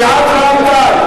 סיעת רע"ם-תע"ל,